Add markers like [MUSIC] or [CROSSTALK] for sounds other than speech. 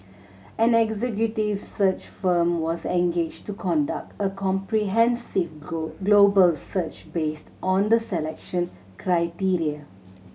an executive search firm was engaged to conduct a comprehensive [UNINTELLIGIBLE] global search based on the selection criteria